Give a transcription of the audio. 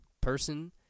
person